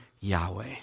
Yahweh